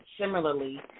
similarly